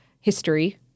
history